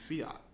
fiat